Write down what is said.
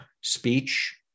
speech